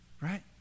right